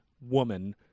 woman